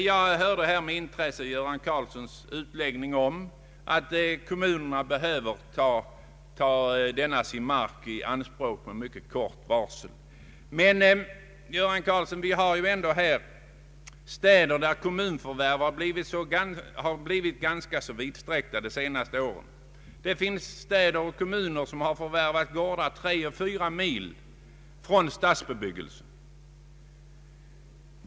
Jag åhörde med intresse herr Göran Karlssons utläggning om att kommunerna behöver ta denna sin mark i anspråk med mycket kort varsel. Men, herr Göran Karlsson, det finns städer i vilka kommunförvärven har blivit vidsträckta de senaste åren. Det finns städer och kommuner som har förvärvat gårdar tre till fyra mil från stadsbebyggelsen.